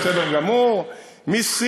לא שמים